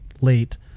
late